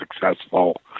successful